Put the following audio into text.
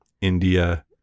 India